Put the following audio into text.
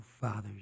Father's